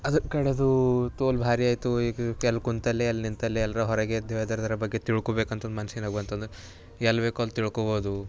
ಅದರ ಕಡೆದು ತೋಲ್ ಭಾರಿ ಆಯಿತು ಈಗ ಎಲ್ಲಿ ಕೂತಲ್ಲಿ ಎಲ್ಲಿ ನಿಂತಲ್ಲಿ ಎಲ್ರೆ ಹೊರಗೆ ಎದ್ದು ಹೋದರೆ ಅದರ ಬಗ್ಗೆ ತಿಳ್ಕೊಳ್ಬೇಕು ಅಂತಂದು ಮನ್ಸಿನಾಗ ಬಂತಂದ್ರೆ ಎಲ್ಲಿ ಬೇಕೋ ಅಲ್ಲಿ ತಿಳ್ಕೊಳ್ಬೋದು